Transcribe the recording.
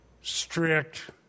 strict